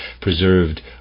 preserved